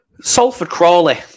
Salford-Crawley